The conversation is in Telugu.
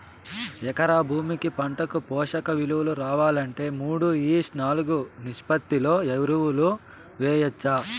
ఎకరా భూమి పంటకు పోషక విలువలు రావాలంటే మూడు ఈష్ట్ నాలుగు నిష్పత్తిలో ఎరువులు వేయచ్చా?